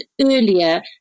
earlier